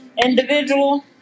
individual